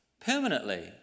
permanently